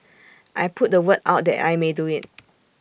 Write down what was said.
I put the word out that I may do IT